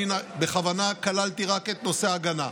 אני בכוונה כללתי רק את נושא ההגנה,